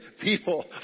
people